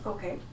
Okay